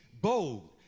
bold